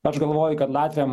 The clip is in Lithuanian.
aš galvoju kad latviam